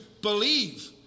believe